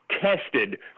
tested